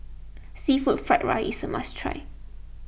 Seafood Fried Rice is a must try